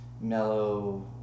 mellow